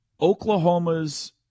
Oklahoma's